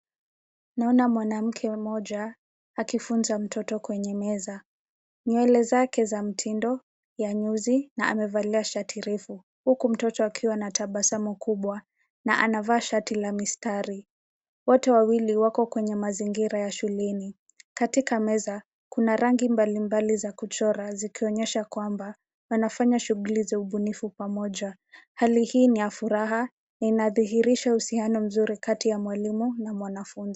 Naona mwanamke Mmoja akifunza mtoto kwenye meza. Nywele zake za mtindo ya nyuzi, na amevalia shati refu. Huku mtoto akiwa na tabasamu kubwa na anavaa shati la mistari .Wote wawili wako kwenye mazingira ya shuleni. Katika meza kuna rangi mbali mbali za kuchora ,zikionyesha kwamba anafanya shughuli za ubunifu pamoja. Hali hii ni ya furaha na inadhihirisho ya uhusiano mzuri katika ya mwalimu na mwanafunzi.